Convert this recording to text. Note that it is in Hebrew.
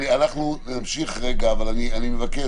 אנחנו נמשיך, אבל אני מבקש,